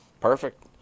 perfect